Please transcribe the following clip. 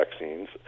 vaccines